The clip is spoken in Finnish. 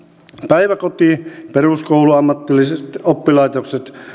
päiväkoti peruskoulu ammatilliset oppilaitokset